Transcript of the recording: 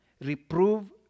Reprove